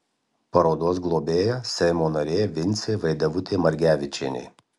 parodos globėja seimo narė vincė vaidevutė margevičienė